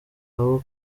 abo